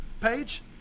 page